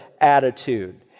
attitude